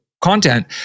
content